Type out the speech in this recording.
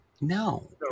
No